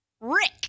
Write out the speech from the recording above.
Rick